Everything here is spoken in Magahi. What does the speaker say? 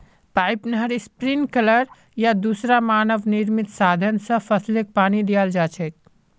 पाइप, नहर, स्प्रिंकलर या दूसरा मानव निर्मित साधन स फसलके पानी दियाल जा छेक